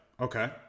Okay